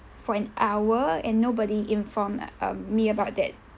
for an hour and nobody informed um me about that